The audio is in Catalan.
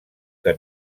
que